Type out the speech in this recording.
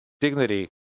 dignity